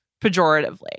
pejoratively